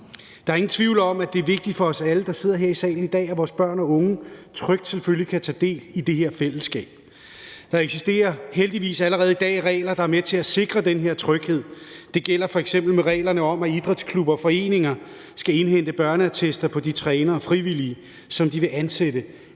Der er ingen tvivl om, at det er vigtigt for alle os, der sidder her i salen i dag, at vores børn og unge selvfølgelig trygt kan tage del i det her fællesskab. Der eksisterer heldigvis allerede i dag regler, der er med til at sikre den her tryghed. Det gælder f.eks. reglerne om, at idrætsklubber og foreninger skal indhente børneattester på de trænere og frivillige, som de vil ansætte